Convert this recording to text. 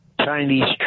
Chinese